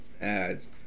ads